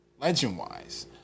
legend-wise